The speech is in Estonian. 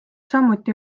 samuti